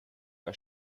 bei